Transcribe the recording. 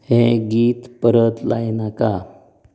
हे गीत परत लायनाका